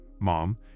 Mom